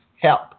help